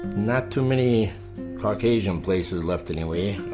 not too many caucasian places left in a way.